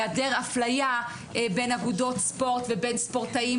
היעדר אפליה בין אגודות ספורט ובין ספורטאים